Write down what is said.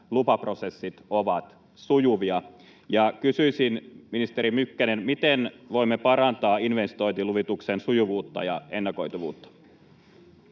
lupaprosessit ovat sujuvia. Kysyisin, ministeri Mykkänen, miten voimme parantaa investointiluvituksen sujuvuutta ja ennakoitavuutta?